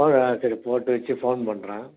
ஃபோனா சரி போட்டு வச்சு ஃபோன் பண்ணுறேன்